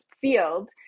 field